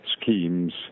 schemes